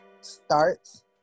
starts